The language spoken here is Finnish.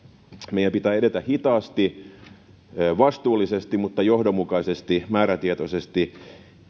meidän pitää edetä hitaasti ja vastuullisesti mutta johdonmukaisesti määrätietoisesti